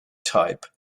type